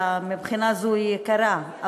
מבחינה זו היא יקרה,